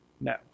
no